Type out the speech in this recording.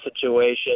situation